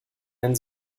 den